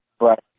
Right